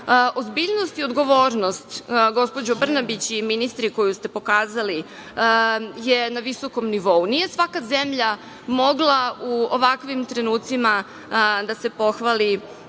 sposobna. Ozbiljnost i odgovornost, gospođo Brnabić i ministri koji ste pokazali je na visokom nivou, nije svaka zemlja mogla u ovakvim trenucima da se pohvali